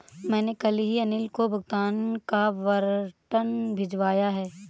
मैंने कल ही अनिल को भुगतान का वारंट भिजवाया है